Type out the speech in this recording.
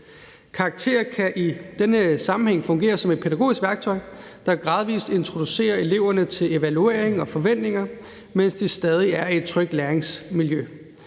Karakterer kan i denne sammenhæng fungere som et pædagogisk værktøj, der gradvist introducerer eleverne til evaluering og forventninger, mens de stadig er i et trygt læringsmiljø.